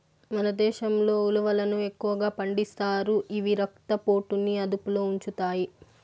మన దేశంలో ఉలవలను ఎక్కువగా పండిస్తారు, ఇవి రక్త పోటుని అదుపులో ఉంచుతాయి